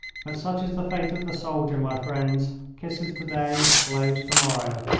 but such is the fate of the soldier, my friends kisses to-day, blows to-morrow.